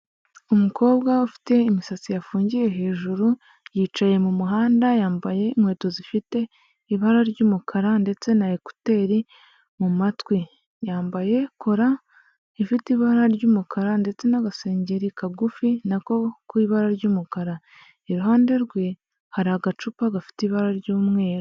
Umukobwa ufite imisatsi yafungiye hejuru, yicaye mu muhanda yambaye inkweto zifite ibara ry'umukara ndetse na ekuteri mu matwi. Yambaye kola ifite ibara ry'umukara ndetse n'agasengeri kagufi nako k'ibara ry'umukara, iruhande rwe hari agacupa gafite ibara ry'umweru.